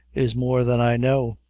is more than i know,